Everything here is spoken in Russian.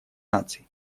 наций